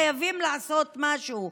חייבים לעשות משהו.